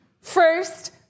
First